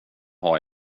har